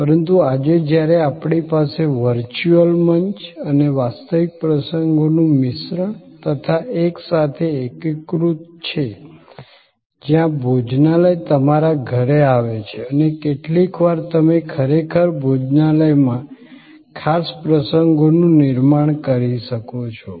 પરંતુ આજે જ્યારે આપણી પાસે વર્ચ્યુઅલ મંચ અને વાસ્તવિક પ્રસંગોનું મિશ્રણ તથા એકસાથે એકીકૃત છે જ્યાં ભોજનાલય તમારા ઘરે આવે છે અને કેટલીકવાર તમે ખરેખર ભોજનાલયમાં ખાસ પ્રસંગોનું નિર્માણ કરી શકો છો